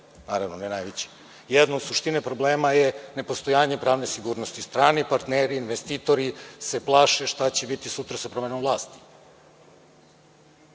naravno ne najveći. Jedno od suštine problema je nepostojanje pravne sigurnosti. Strani partneri, investitori se plaše šta će biti sutra sa promenom vlasti.